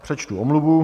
Přečtu omluvu.